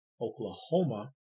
Oklahoma